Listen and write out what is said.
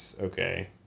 Okay